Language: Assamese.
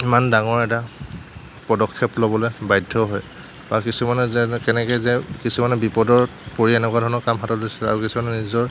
ইমান ডাঙৰ এটা পদক্ষেপ ল'বলৈ বাধ্য হয় বা কিছুমানে যে কেনেকৈ যে কিছুমানে বিপদত পৰি এনেকুৱা ধৰণৰ কাম হাতত লৈছিল আৰু কিছুমানে নিজৰ